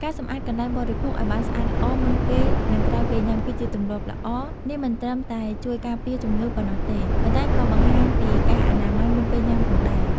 ការសម្អាតកន្លែងបរិភោគឲ្យបានស្អាតល្អមុនពេល និងក្រោយពេលញ៉ាំ គឺជាទម្លាប់ល្អ នេះមិនត្រឹមតែជួយការពារជំងឺប៉ុណ្ណោះទេ ប៉ុន្តែក៏បង្ហាញពីការអនាម័យមុនពេលញាំផងដែរ។